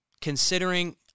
considering